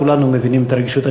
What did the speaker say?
וכולנו מבינים את הרגישות.